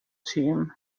team